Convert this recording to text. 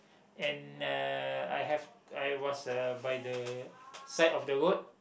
and uh I have I was uh by the side of the road